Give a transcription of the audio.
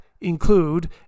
include